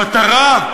המטרה.